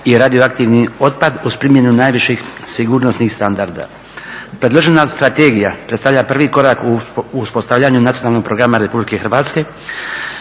i radioaktivni otpad, uz primjenu najviših sigurnosnih standarda. Predložena strategija predstavlja prvi korak u uspostavljanju nacionalnog programa Republike Hrvatske